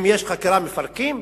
אם יש חקירה מפרקים?